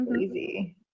easy